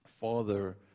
father